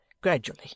gradually